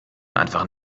einfach